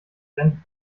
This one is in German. brennt